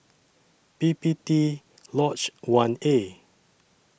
P P T Lodge one A